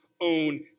own